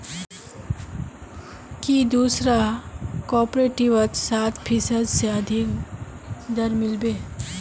की दूसरा कॉपरेटिवत सात फीसद स अधिक दर मिल बे